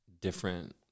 different